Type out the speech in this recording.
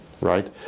right